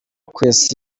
kwesa